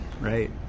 right